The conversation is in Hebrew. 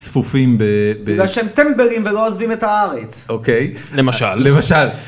צפופים ב.. ב.. בגלל שהם טמבלים ולא עוזבים את הארץ.. אוקיי.. למשל.. למשל